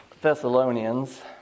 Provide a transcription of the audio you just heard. Thessalonians